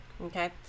okay